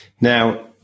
Now